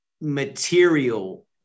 material